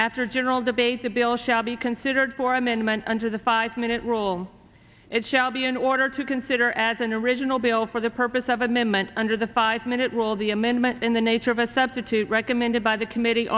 after general debate the bill shall be considered for amendment under the five minute rule it shall be an order to consider as an original bill for the purpose of amendment under the five minute rule the amendment in the nature of a substitute recommended by the committee